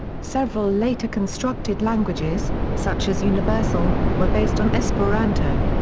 several later constructed languages, such as universal, were based on esperanto.